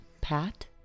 Pat